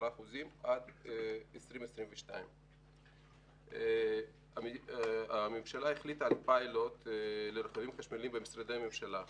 10% עד 2022. הממשלה החליטה על פיילוט לרכבים חשמליים במשרדי הממשלה,